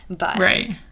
Right